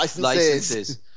Licenses